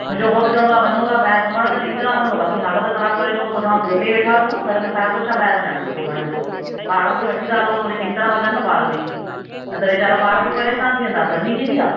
मुंहिंजो घोटु चवंदो आहे त वञो था ॿाहिरि घुमणु त चङी तरह वञो बाक़ी हालित खराबु करे चयूं त पोइ तव्हां हिते ई वेठा हुजूं न घर में फ़ाइदो छा ॿाहिरि वञण जो घुमणु जो ॿारनि खे वठी था हलूं त वरी चंङी तरह हलनि न ॿार बि न त वेचारा ॿार बि परेशान थी वेंदा गरमी केॾी आहे